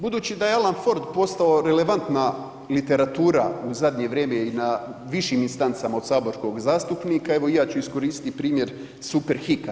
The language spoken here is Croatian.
Budući da je Alan Ford postao relevantna literatura u zadnje vrijeme i na višim instancama od saborskog zastupnika, evo i ja ću iskoristiti primjer Superhika.